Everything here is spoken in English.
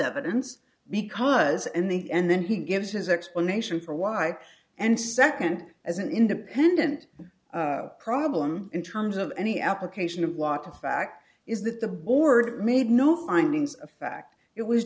evidence because in the end then he gives his explanation for why and second as an independent problem in terms of any application of law to fact is that the board made no findings of fact it was